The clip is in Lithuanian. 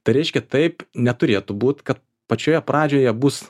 tai reiškia taip neturėtų būt kad pačioje pradžioje bus